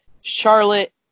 Charlotte